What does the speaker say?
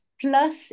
plus